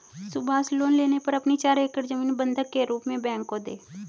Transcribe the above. Subhash loan लेने पर अपनी चार एकड़ जमीन बंधक के रूप में बैंक को दें